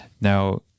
Now